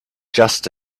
just